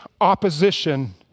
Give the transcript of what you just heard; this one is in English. opposition